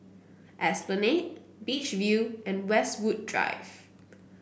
Esplanade Beach View and Westwood Drive